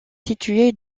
située